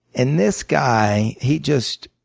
and this guy, he just